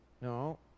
No